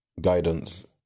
guidance